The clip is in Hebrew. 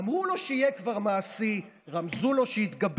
/ אמרו לו שיהיה כבר מעשי / רמזו לו שיתבגר,